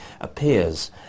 appears